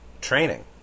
training